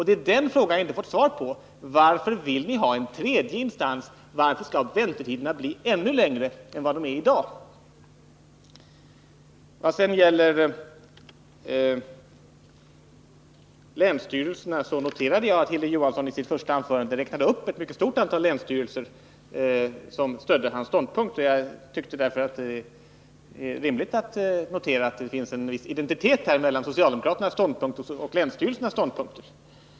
Det är den frågan jag inte har fått svar på: Varför vill ni ha en tredje instans? Varför skall väntetiderna bli ännu längre än vad de är i dag? Vad sedan gäller länsstyrelserna noterade jag att Hilding Johansson i sitt första anförande räknade upp ett mycket stort antal länsstyrelser som stödde hans ståndpunkt. Jag tycker därför att det är rimligt att notera att det finns en viss identitet mellan socialdemokraternas ståndpunkt och länsstyrelsernas ståndpunkt.